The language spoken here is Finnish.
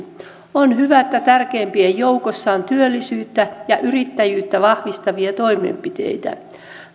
on hyvä että tärkeimpien joukossa on työllisyyttä ja yrittäjyyttä vahvistavia toimenpiteitä